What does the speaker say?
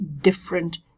different